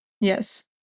Yes